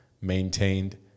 maintained